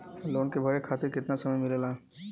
Loan के भरे खातिर कितना समय मिलेला?